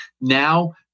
now